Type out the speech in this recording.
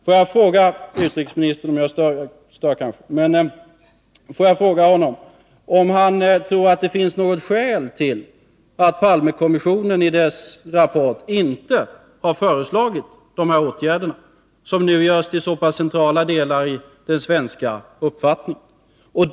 Får jag fråga utrikesministern om han tror att det finns något skäl till att Palmekommissionen i sin rapport inte har föreslagit dessa åtgärder, som nu görs till så centrala delar i den svenska uppfattningen?